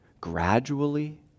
gradually